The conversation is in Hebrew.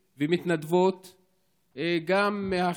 איננה,